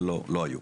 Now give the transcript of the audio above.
ולא היו.